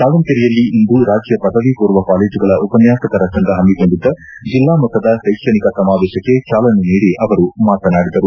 ದಾವಣಗೆರೆಯಲ್ಲಿಂದು ರಾಜ್ಯ ಪದವಿ ಪೂರ್ವ ಕಾಲೇಜುಗಳ ಉಪನ್ಯಾಸಕರ ಸಂಘ ಹಮ್ಮಿಕೊಂಡಿದ್ದ ಜಿಲ್ಲಾ ಮಟ್ಟದ ಶೈಕ್ಷಣಿಕ ಸಮಾವೇಶಕ್ಕೆ ಚಾಲನೆ ನೀಡಿ ಅವರು ಮಾತನಾಡಿದರು